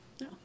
No